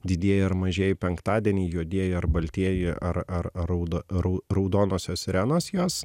didieji ar mažieji penktadieniai juodieji ar baltieji ar ar ar raudo rau raudonosios sirenos jos